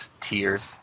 tears